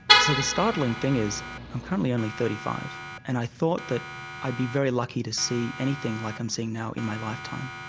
so the startling thing is i'm currently only thirty five and i thought that i'd be very lucky to see anything like i'm seeing now in my lifetime.